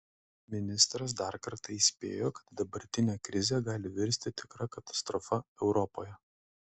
ministras dar kartą įspėjo kad dabartinė krizė gali virsti tikra katastrofa europoje